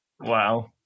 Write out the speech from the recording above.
Wow